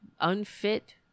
unfit